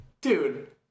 dude